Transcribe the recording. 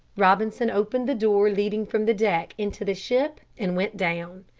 robinson opened the door leading from the deck into the ship and went down.